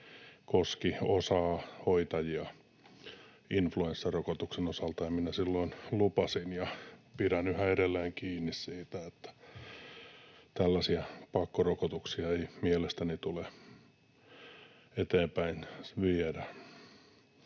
koski osaa hoitajia influenssarokotuksen osalta — ja minä silloin lupasin ja pidän siitä yhä edelleen kiinni, että tällaisia pakkorokotuksia ei mielestäni tule eteenpäin viedä.